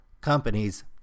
companies